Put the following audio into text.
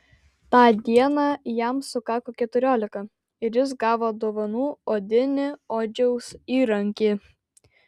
tą dieną jam sukako keturiolika ir jis gavo dovanų odinį odžiaus įrankį